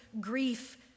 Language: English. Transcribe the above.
grief